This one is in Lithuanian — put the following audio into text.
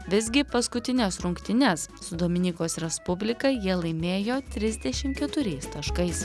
visgi paskutines rungtynes su dominikos respublika jie laimėjo trisdešim keturiais taškais